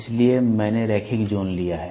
इसलिए मैंने रैखिक ज़ोन लिया है